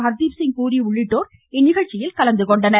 ஹர்தீப்சிங் பூரி உள்ளிட்டோர் இந்நிகழ்ச்சியில் கலந்து கொண்டனர்